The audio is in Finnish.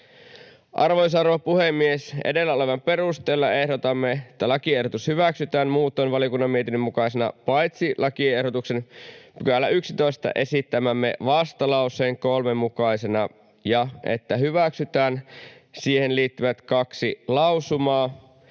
Arvoisa rouva puhemies! Edellä olevan perusteella ehdotamme, että lakiehdotus hyväksytään muutoin valiokunnan mietinnön mukaisena paitsi lakiehdotuksen 11 §:ä esittämämme vastalauseen 3 mukaisena ja että hyväksytään siihen liittyvät kaksi lausumaa: